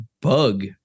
bug